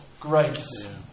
grace